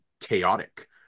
chaotic